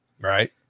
right